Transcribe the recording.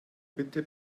bitte